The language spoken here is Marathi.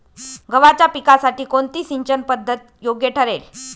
गव्हाच्या पिकासाठी कोणती सिंचन पद्धत योग्य ठरेल?